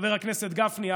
חבר הכנסת גפני,